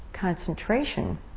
concentration